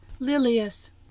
lilius